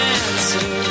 answer